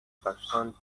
person